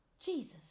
Jesus